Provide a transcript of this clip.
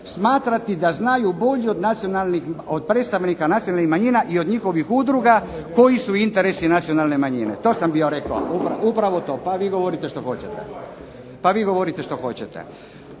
smatrati da znaju bolje od predstavnika nacionalnih manjina i od njihovih udruga koji su interesi nacionalne manjine. To sam bio rekao, pa vi govorite što hoćete. Ove promjene ovdje,